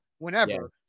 whenever